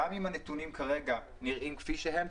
שגם אם הנתונים כרגע נראים כפי שהם,